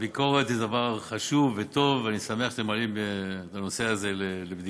ביקורת היא דבר חשוב וטוב ואני שמח שאתם מעלים את הנושא הזה לבדיקה.